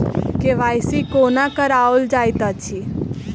KYC कोना कराओल जाइत अछि?